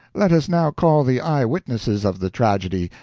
let us now call the eye-witnesses of the tragedy,